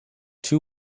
two